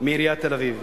מעיריית תל-אביב.